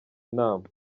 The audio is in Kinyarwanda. inama